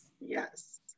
yes